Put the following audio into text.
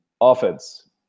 offense